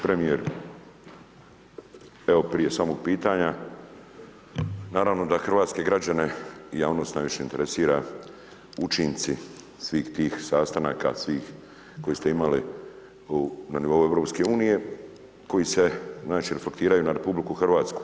Premijeru evo prije samog pitanja naravno da hrvatske građane i javnost najviše interesira učinci svih tih sastanaka, svih kojih ste imali na nivou EU koji se znači reflektiraju na RH.